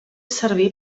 servir